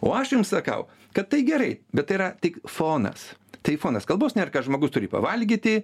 o aš jums sakau kad tai gerai bet yra tik fonas tai fonas kalbos nėr kad žmogus turi pavalgyti